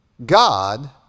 God